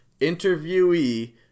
interviewee